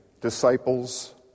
disciples